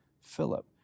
Philip